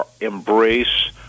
embrace